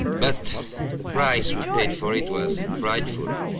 but the price we paid for it was frightful.